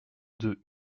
deux